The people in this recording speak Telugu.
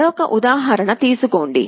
మరొక ఉదాహరణ తీసుకోండి